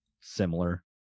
similar